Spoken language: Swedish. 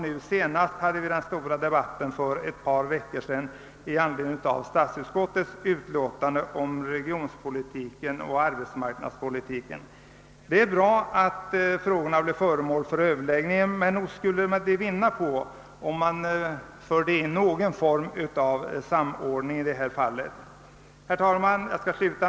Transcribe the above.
Nu senast förde vi en stor debatt för ett par veckor sedan i anledning av statsutskottets utlåtande om regionpolitiken och arbetsmarknadspolitiken. Det är bra att frågorna blir föremål för överläggning, men nog skulle debatten vinna på att man införde någon form av samordning. Herr talman!